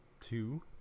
two